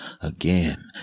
again